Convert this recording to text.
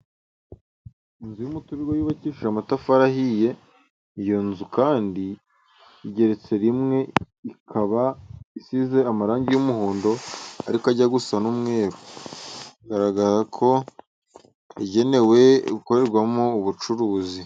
Inzu y'umututrirwa, yubakishije amatafari ahiye. Iyo nzu kandi igeretse rimwe, ikaba isize amarangi y'umuhondo ariko ajya gusa n'umweru, biragaragara ko yagenewe gukorerwamo ubucuruzi.